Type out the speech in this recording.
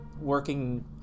working